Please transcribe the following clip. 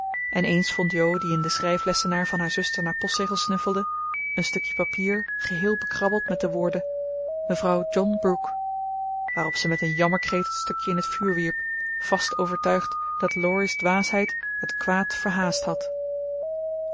en eens vond jo die in den schrijflessenaar van haar zuster naar postzegels snuffelde een stukje papier geheel bekrabbeld met de woorden mevrouw john brooke waarop ze met een jammerkreet het stukje in het vuur wierp vast overtuigd dat laurie's dwaasheid het kwaad verhaast had